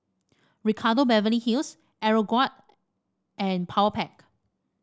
Ricardo Beverly Hills Aeroguard and Powerpac